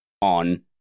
on